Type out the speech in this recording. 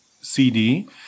CD